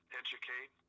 educate